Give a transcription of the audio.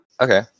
Okay